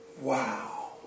Wow